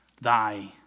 thy